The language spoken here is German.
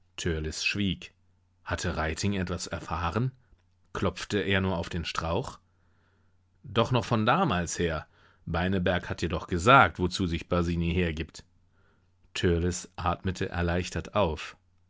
hatte reiting etwas erfahren klopfte er nur auf den strauch doch noch von damals her beineberg hat dir doch gesagt wozu sich basini hergibt törleß atmete erleichtert auf